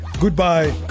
goodbye